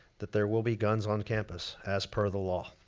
that there will be guns on campus, as per the law.